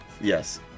Yes